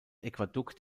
aquädukt